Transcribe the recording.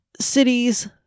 cities